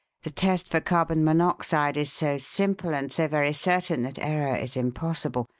the test for carbon monoxide is so simple and so very certain that error is impossible.